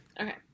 Okay